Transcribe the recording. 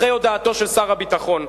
אחרי הודעתו של שר הביטחון,